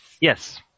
Yes